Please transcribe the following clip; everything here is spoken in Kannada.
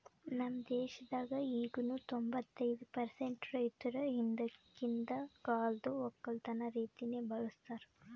ನಮ್ ದೇಶದಾಗ್ ಈಗನು ತೊಂಬತ್ತೈದು ಪರ್ಸೆಂಟ್ ರೈತುರ್ ಹಿಂದಕಿಂದ್ ಕಾಲ್ದು ಒಕ್ಕಲತನ ರೀತಿನೆ ಬಳ್ಸತಾರ್